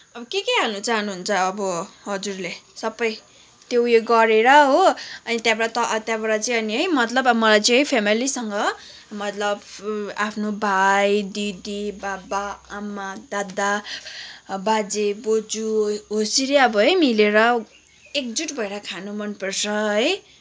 अब के के हाल्न चाहनुहुन्छ अब हजुरले सबै त्यो उयो गरेर हो अनि त्यहाँबाट त त्यहाँबाट चाहिँ अनि है मतलब मलाई चाहिँ फेमिलीसँग मतलब आफ्नो भाइ दिदी बाबा आमा दादा बाजे बोजू हो यसरी अब है मिलेर एकजुट भएर खानु मनपर्छ है